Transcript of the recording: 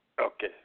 okay